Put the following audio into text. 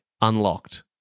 unlocked